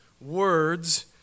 words